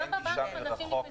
גם בבנקים אנשים נכנסו לבידוד.